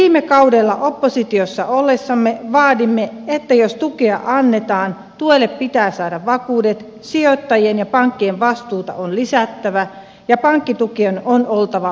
jo viime kaudella oppositiossa ollessamme vaadimme että jos tukea annetaan tuelle pitää saada vakuudet sijoittajien ja pankkien vastuuta on lisättävä ja pankkitukien on oltava vastikkeellisia